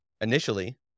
Initially